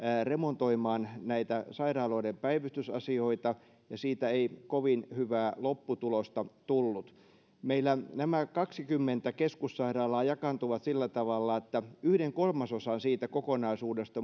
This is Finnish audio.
remontoimaan näitä sairaaloiden päivystysasioita ja siitä ei kovin hyvää lopputulosta tullut meillä nämä kaksikymmentä keskussairaalaa jakaantuvat sillä tavalla että yhden kolmasosan siitä kokonaisuudesta